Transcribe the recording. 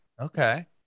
Okay